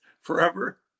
forever